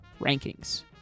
rankings